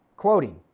Quoting